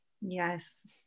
Yes